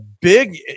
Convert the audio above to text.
big